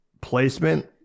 placement